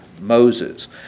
Moses